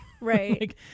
right